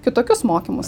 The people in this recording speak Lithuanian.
kitokius mokymus